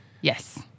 Yes